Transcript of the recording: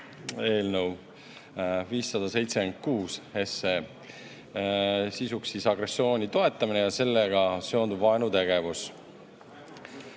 eelnõu 576. Sisuks siis agressiooni toetamine ja sellega seonduv vaenutegevus.